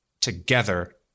together